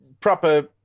proper